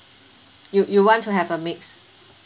you you want to have a mix